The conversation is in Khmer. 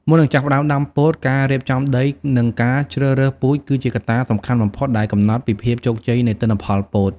មុននឹងចាប់ផ្តើមដាំដុះពោត ការរៀបចំដី និងការជ្រើសរើសពូជគឺជាកត្តាសំខាន់បំផុតដែលកំណត់ពីភាពជោគជ័យនៃទិន្នផលពោត។